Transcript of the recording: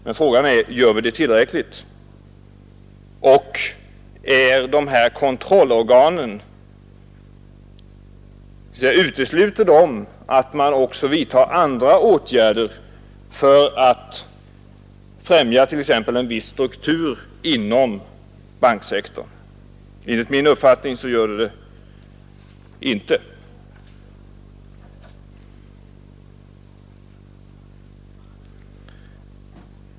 Men frågan är om vi gör tillräckligt. Utesluter dessa kontrollorgan för övrigt att det också vidtas andra åtgärder för att främja t.ex. en annan struktur inom banksektorn? Enligt min mening gör de inte det.